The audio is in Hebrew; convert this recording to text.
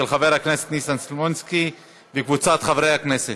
של חבר הכנסת ניסן סלומינסקי וקבוצת חברי הכנסת.